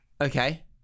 Okay